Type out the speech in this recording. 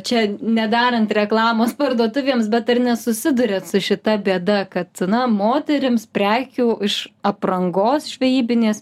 čia nedarant reklamos parduotuvėms bet ar nesusiduriat su šita bėda kad na moterims prekių iš aprangos žvejybinės